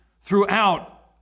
throughout